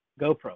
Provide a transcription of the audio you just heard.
gopro